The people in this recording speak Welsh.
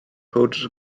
powdr